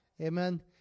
Amen